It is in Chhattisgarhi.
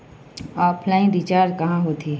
ऑफलाइन रिचार्ज कहां होथे?